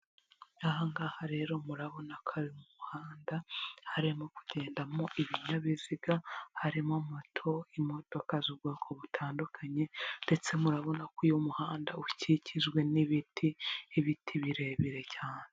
Aha ngaha rero murabona ko ari mu muhanda, harimo kugendamo ibinyabiziga, harimo moto, imodoka z'ubwoko butandukanye ndetse murabona ko uyu muhanda ukikijwe n'ibiti, ibiti birebire cyane.